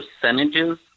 percentages